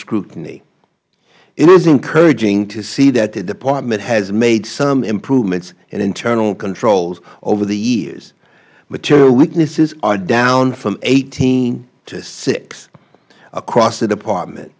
scrutiny it is encouraging to see that the department has made some improvements in internal controls over the years material weaknesses are down from eighteen to six across the department